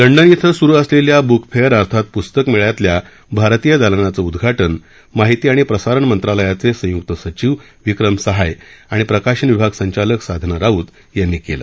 London इथं सुरू असलेल्या बुक फेअर अर्थात पुस्तक मेळ्यातल्या भारतीय दालनाचं उद्घाटन माहिती आणि प्रसारण मंत्रालयाचे संयुक्त सचिव विक्रम सहाय आणि प्रकाशन विभाग संचालक साधना राउत यांनी केलं